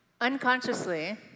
Unconsciously